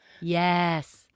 Yes